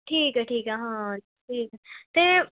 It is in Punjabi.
ਠੀਕ ਹੈ ਠੀਕ ਹੈ ਹਾਂ ਠੀਕ ਹੈ ਅਤੇ